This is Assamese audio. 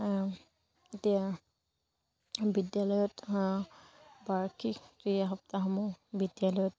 এতিয়া বিদ্যালয়ত বাৰ্ষিক ক্ৰীয়া সপ্তাহসমূহ বিদ্যালয়ত